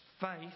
faith